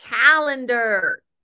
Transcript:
calendar